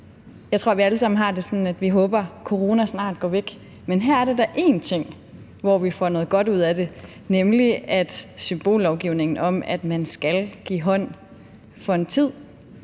Jeg tror, vi alle sammen har det sådan, at vi håber, coronaen snart går væk, men her er der dog et område, hvor vi får noget godt ud af det, nemlig at symbollovgivningen om, at man skal give hånd, for en tid